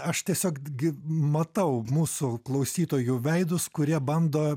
aš tiesiog gi matau mūsų klausytojų veidus kurie bando